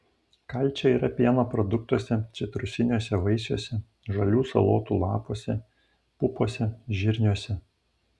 kalcio yra pieno produktuose citrusiniuose vaisiuose žalių salotų lapuose pupose žirniuose